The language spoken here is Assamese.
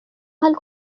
ভাল